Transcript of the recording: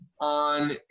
on